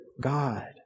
God